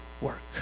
work